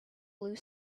blue